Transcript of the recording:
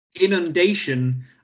inundation